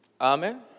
Amen